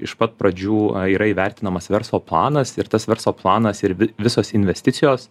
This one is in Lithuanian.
iš pat pradžių yra įvertinamas verslo planas ir tas verslo planas ir vi visos investicijos